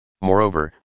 Moreover